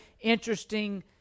interesting